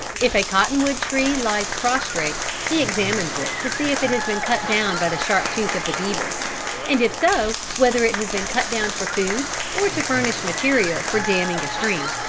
if a cotton-wood tree lies prostrate he examines it to see if it has been cut down by the sharp tooth of the beaver and if so whether it has been cut down for food or to furnish material for damming a stream.